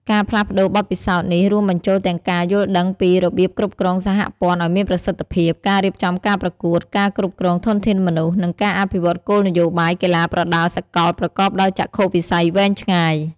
ការផ្លាស់ប្ដូរបទពិសោធន៍នេះរួមបញ្ចូលទាំងការយល់ដឹងពី របៀបគ្រប់គ្រងសហព័ន្ធឲ្យមានប្រសិទ្ធភាព ការរៀបចំការប្រកួត ការគ្រប់គ្រងធនធានមនុស្ស និងការអភិវឌ្ឍគោលនយោបាយកីឡាប្រដាល់សកលប្រកបដោយចក្ខុវិស័យវែងឆ្ងាយ។